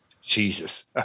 Jesus